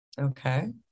Okay